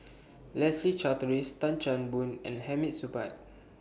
Leslie Charteris Tan Chan Boon and Hamid Supaat